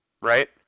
right